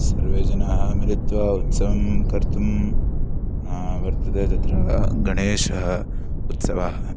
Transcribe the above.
सर्वे जनाः मिलित्वा उत्सवं कर्तुं वर्तते तत्र गणेशः उत्सवः